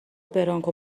برانکو